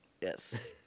Yes